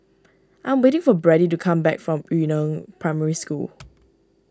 I am waiting for Brady to come back from Yu Neng Primary School